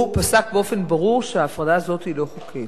הוא פסק באופן ברור שההפרדה הזאת היא לא חוקית.